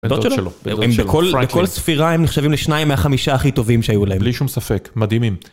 בן דוד שלו, בן דוד שלו. הם בכל ספירה הם נחשבים לשניים מהחמישה הכי טובים שהיו להם. בלי שום ספק, מדהימים.